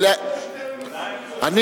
אולי היושב-ראש ייתן לנו סיבוב נוסף?